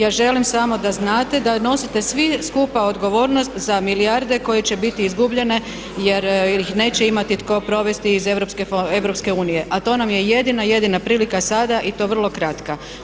Ja želim samo da znate da nosite svi skupa odgovornost za milijarde koje će biti izgubljene jer ih neće imati tko provesti iz EU a to nam je jedina, jedina prilika sada i to vrlo kratka.